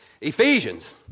Ephesians